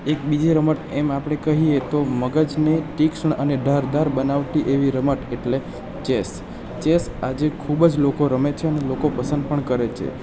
એક બીજી રમત એમ આપણે કહીએ તો મગજને તીક્ષ્ણ અને ધારદાર બનાવતી એવી રમત એટલે ચેસ ચેસ આજે ખૂબ જ લોકો રમે છે અને લોકો પસંદ પણ કરે છે